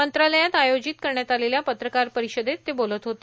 मंत्रालयात आयोजित करण्यात आलेल्या पत्रकार परिषदेत ते बोलत होते